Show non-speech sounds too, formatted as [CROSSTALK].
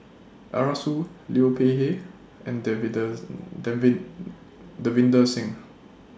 Arasu Liu Peihe and Davinder's [UNINTELLIGIBLE] Davinder Singh